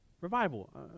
Revival